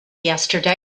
yesterday